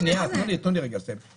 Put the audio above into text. שנייה, תנו לי רגע לסיים.